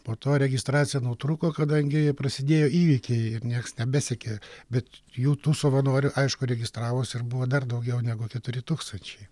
po to registracija nutrūko kadangi prasidėjo įvykiai ir nieks nebesekė bet jų tų savanorių aišku registravosi ir buvo dar daugiau negu keturi tūkstančiai